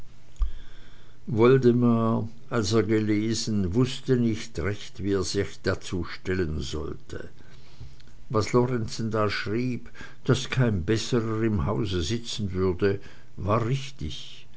woldemar als er gelesen wußte nicht recht wie er sich dazu stellen sollte was lorenzen da schrieb daß kein besserer im hause sitzen würde war richtig